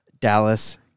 Dallas